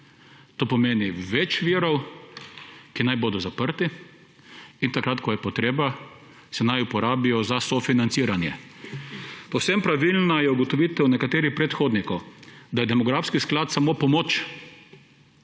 To pomeni več virov, ki naj bodo zaprti, in takrat, ko je potreba, se naj uporabijo za sofinanciranje. Povsem pravilna je ugotovitev nekaterih predhodnikov, da je demografski sklad samo pomoč,